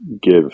give